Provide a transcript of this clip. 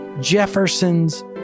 Jefferson's